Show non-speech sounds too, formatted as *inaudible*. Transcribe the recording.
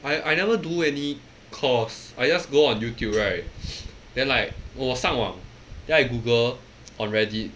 I I never do any course I just go on Youtube right *noise* then like 我上网 then I Google on Reddit